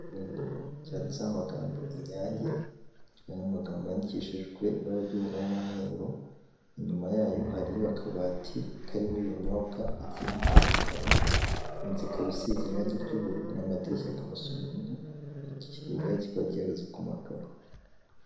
Ifunguroryanditseho amagambo inyange aya magambo yandikishijwe ibara ry'ubururu n'umweru inyuma yayo hari akabati karimo ibinyobwa bigiye bitandukanye inzu ikaba isize irangi ry'ubururu n'amadirishya akaba asa ubururu iki kigega kikaba gihagaze ku makaro.